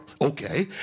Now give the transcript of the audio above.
okay